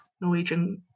Norwegian